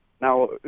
Now